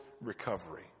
recovery